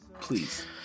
please